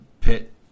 pit